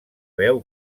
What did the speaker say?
veu